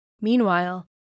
Meanwhile